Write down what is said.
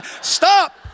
Stop